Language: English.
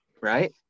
Right